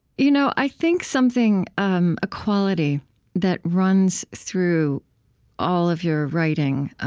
you know i think something um a quality that runs through all of your writing